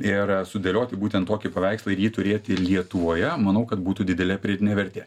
ir sudėlioti būtent tokį paveikslą ir jį turėti lietuvoje manau kad būtų didelė pridėtinė vertė